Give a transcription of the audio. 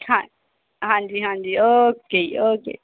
ਹਾਂ ਹਾਂਜੀ ਹਾਂਜੀ ਓਕੇ ਜੀ ਓਕੇ